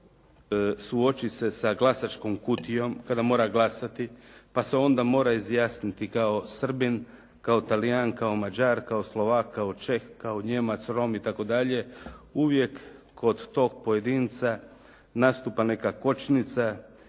manjine, suoči se sa glasačkom kutijom, kada mora glasati, pa se mora izjasniti kao Srbin, kao Talijan, kao Mađar, kao Slovak, kao Čeh, kao Rom itd. uvijek kod toga pojedinca nastupa neka kočnica, jer u